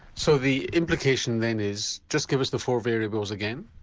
so the implication then is. just give us the four variables again.